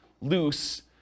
loose